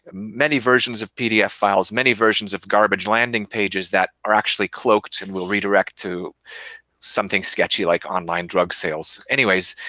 many versions of pdf files, many versions of garbage landing pages that are actually cloaked and will redirect to something sketchy, like online drug sales. anyways,